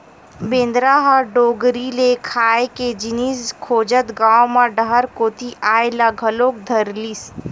बेंदरा ह डोगरी ले खाए के जिनिस खोजत गाँव म डहर कोती अये ल घलोक धरलिस